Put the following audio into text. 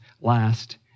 last